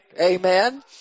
Amen